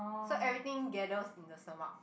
so everything gathers in the stomach